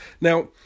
Now